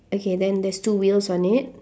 okay then there's two wheels on it